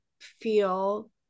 feel